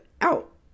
out